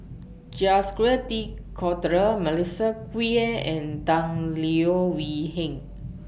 Jacques De Coutre Melissa Kwee and Tan Leo Wee Hin